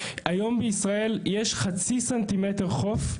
אבל היום בישראל יש חצי סנטימטר של חוף,